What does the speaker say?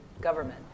government